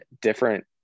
different